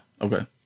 Okay